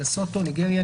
לסוטו; ניגריה,